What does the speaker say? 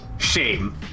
Shame